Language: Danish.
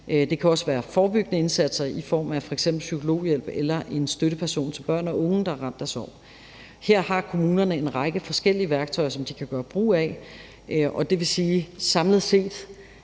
Det kan også være forebyggende indsatser i form af f.eks. psykologhjælp eller en støtteperson til børn og unge, der er ramt af sorg. Her har kommunerne en række forskellige værktøjer, som de kan gøre brug af, og det vil sige, at vi samlet set